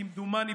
כמדומני,